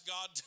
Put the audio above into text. God